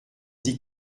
dit